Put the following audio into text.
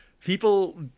people